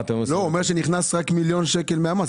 אם הוא אומר שנכנס רק מיליון שקל מהמס,